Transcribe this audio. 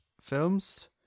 films